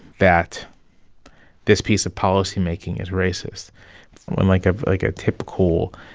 that this piece of policymaking is racist when like, ah like a typical,